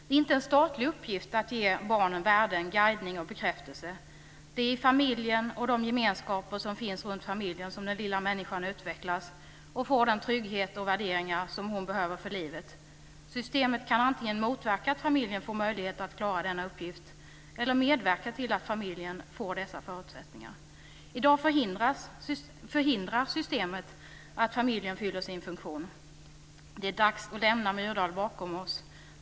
Det är inte en statlig uppgift att ge barnen värden, guidning och bekräftelse. Det är i familjen och de gemenskaper som finns runt familjen som den lilla människan utvecklas och får den trygghet och de värderingar som hon behöver för livet. Systemet kan antingen motverka att familjen får möjligheter att klara denna uppgift eller medverka till att familjen får dessa förutsättningar. I dag förhindrar systemet att familjen fyller sin funktion. Det är dags att lämna Myrdal bakom oss.